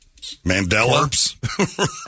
Mandela